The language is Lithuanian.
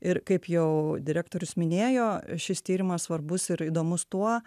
ir kaip jau direktorius minėjo šis tyrimas svarbus ir įdomus tuo